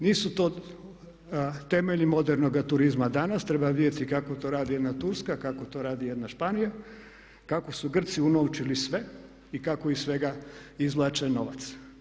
Nisu to temelji modernog turizma danas, treba vidjeti kako to radi jedna Turska, kako to radi jedna Španjolska, kako su Grci unovčili sve i kako iz svega izvlače novac.